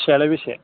फिसायालाय बेसे